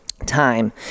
time